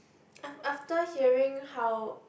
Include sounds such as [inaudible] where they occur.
[noise] af~ after hearing how